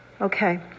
Okay